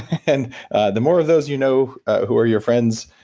and the more of those you know who are your friends,